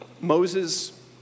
Moses